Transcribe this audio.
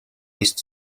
east